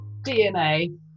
DNA